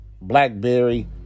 Blackberry